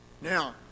Now